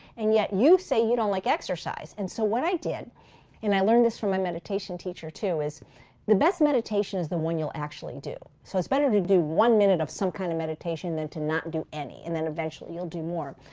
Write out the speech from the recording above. and yet you say you don't like exercise. and so, what i did and i learned this from my meditation teacher, too is the best meditation is the one you'll actually do, so it's better to do one minute of some kind of meditation than to not do any and then eventually you'll do more.